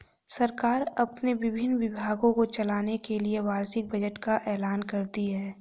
सरकार अपने विभिन्न विभागों को चलाने के लिए वार्षिक बजट का ऐलान करती है